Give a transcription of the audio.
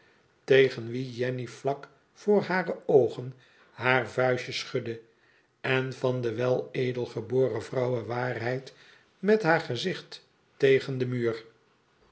tegen wien jenny vlak voor hare oogen haar vuistje schudde en van de weledelgeboren vrouwe waarheid met haar gezicht tegen den muur